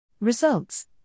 Results